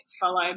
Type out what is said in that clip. follow